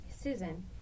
Susan